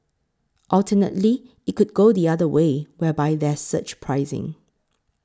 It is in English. alternatively it could go the other way whereby there's surge pricing